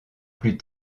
plus